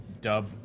dub